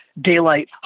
daylight